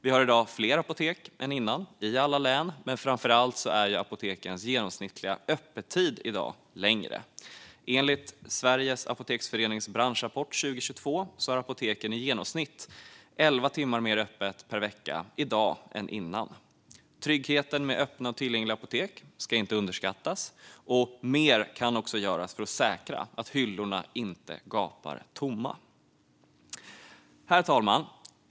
Vi har i dag fler apotek än innan i alla län, men framför allt är apotekens genomsnittliga öppettid i dag längre. Enligt Sveriges Apoteksförenings branschrapport 2022 har apoteken i genomsnitt elva timmar mer öppet per vecka i dag än tidigare. Tryggheten med öppna och tillgängliga apotek ska inte underskattas. Men mer kan också göras för att säkerställa att hyllorna inte gapar tomma. Herr talman!